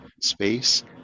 space